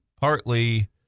partly